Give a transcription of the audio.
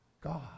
God